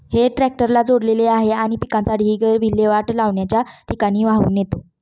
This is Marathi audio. हे ट्रॅक्टरला जोडलेले आहे आणि पिकाचा ढीग विल्हेवाट लावण्याच्या ठिकाणी वाहून नेतो